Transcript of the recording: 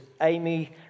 Amy